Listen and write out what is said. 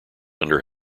under